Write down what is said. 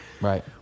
Right